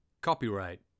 Copyright